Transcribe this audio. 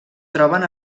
troben